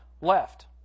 left